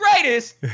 greatest